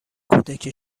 کودک